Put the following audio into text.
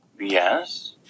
Yes